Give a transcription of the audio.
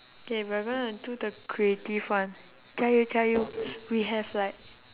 K we are gonna do the creative one jiayou jiayou we have like